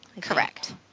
Correct